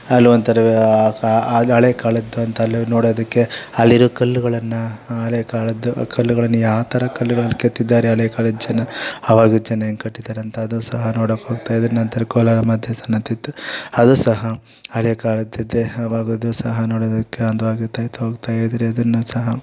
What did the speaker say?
ಅಲ್ಲಿ ಒಂಥರ ಕಾ ಅಲ್ಲಿ ಹಳೆಕಾಲದ್ದು ಅಂತ ಅಲ್ಲಿ ಹೋಗ್ ನೋಡೋದಿಕ್ಕೆ ಅಲ್ಲಿರುವ ಕಲ್ಲುಗಳನ್ನು ಹಲೆಕಾಲದ್ದು ಆ ಕಲ್ಲಗಳನ್ನು ಯಾವ ಥರ ಕಲ್ಲುಗಳನ್ನು ಕೆತ್ತಿದ್ದಾರೆ ಹಳೆಕಾಲದ್ ಜನ ಆವಾಗ್ ಜನ ಹೆಂಗ್ ಕಟ್ಟಿದ್ದಾರೆ ಅಂತ ಅದು ಸಹ ನೋಡಕ್ಕೆ ಹೋಗ್ತ ಇದೇನೆ ನಂತರ ಕೋಲಾರ ಮಧ್ಯ ಸಣ್ಣದಿತ್ತು ಅದು ಸಹ ಹಳೆಕಾಲದ್ದೆ ಸಹ ನೋಡೋದಿಕ್ಕೆ ಅಂದವಾಗಿ ಇರ್ತಾ ಇತ್ತು ಹೋಗ್ತಾ ಇದ್ದಿರಿ ಅದನ್ನು ಸಹ